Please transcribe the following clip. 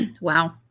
Wow